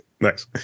nice